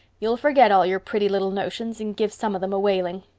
you'll forget all your pretty little notions and give some of them a whaling.